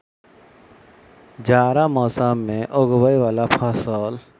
जाड़ा मौसम मे उगवय वला फसल?